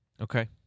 Okay